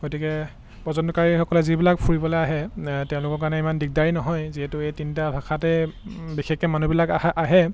গতিকে পৰ্যণ্টকাৰীসকলে যিবিলাক ফুৰিবলৈ আহে তেওঁলোকৰ কাৰণে ইমান দিগদাৰী নহয় যিহেতু এই তিনিটা ভাষাতে বিশেষকৈ মানুহবিলাক আহা আহে